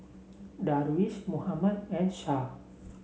Darwish Muhammad and Shah